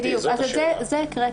את זה הקראתי.